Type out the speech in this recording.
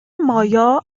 مایا